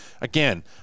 again